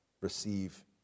Receive